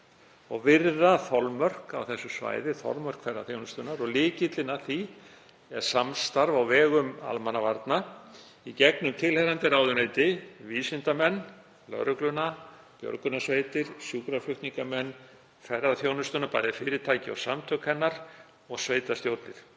og virða þolmörk á þessu svæði, þolmörk ferðaþjónustunnar. Lykillinn að því er samstarf á vegum almannavarna í gegnum tilheyrandi ráðuneyti, vísindamenn, lögregluna, björgunarsveitir, sjúkraflutningamenn, ferðaþjónustuna, bæði fyrirtæki og samtök hennar, og sveitarstjórnir.